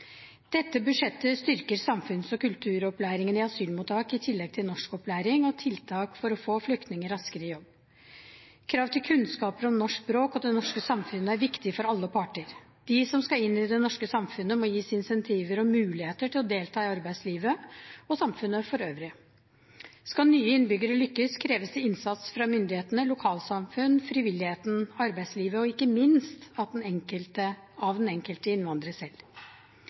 Dette budsjettet styrker samfunns- og kulturopplæringen i asylmottak, i tillegg til norskopplæring, og tiltak for å få flyktninger raskere i jobb. Krav til kunnskaper om norsk språk og det norske samfunnet er viktig for alle parter. De som skal inn i det norske samfunnet, må gis incentiver og muligheter til å delta i arbeidslivet og samfunnet for øvrig. Skal nye innbyggere lykkes, kreves det innsats fra myndighetene, lokalsamfunnet, frivilligheten, arbeidslivet og ikke minst av den enkelte innvandrer selv.